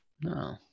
No